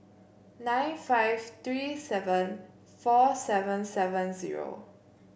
nine five three seven four seven seven zero